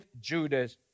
Judas